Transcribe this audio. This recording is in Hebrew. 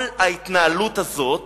כל ההתנהלות הזאת